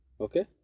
Okay